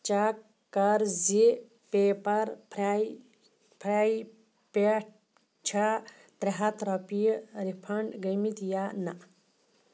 check کَر زِ paper free free پٮ۪ٹھ چھا ترٛےٚ ہَتھ رۄپیہِ رِفنٛڈ گٔمٕتۍ یا نہَ